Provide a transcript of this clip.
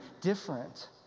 different